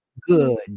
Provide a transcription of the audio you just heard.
Good